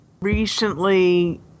recently